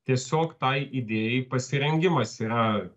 tiesiog tai idėjai pasirengimas yra